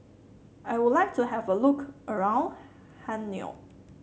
I would like to have a look around Hanoi